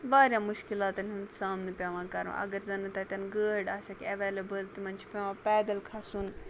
واریاہ مُشکِلاتَن ہُنٛد سامنہٕ پیٚوان کَرُن اگر زَن نہٕ تَتٮ۪ن گٲڑۍ آسٮ۪کھ ایٚوَلیبٕل تِمَن چھُ پیٚوان پیدل کھَسُن